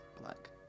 black